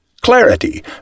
clarity